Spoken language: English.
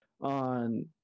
on